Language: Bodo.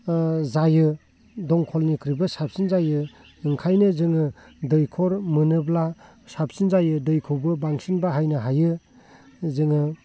जायो दंखलनिख्रुइबो साबसिन जायो ओंखायनो जोङो दैखर मोनोब्ला साबसिन जायो दैखौबो बांसिन बाहायनो हायो जोङो